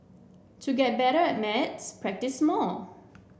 to get better at maths practise more